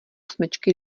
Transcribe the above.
smečky